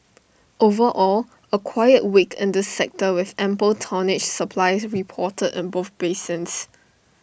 overall A quiet week in this sector with ample tonnage supply reported in both basins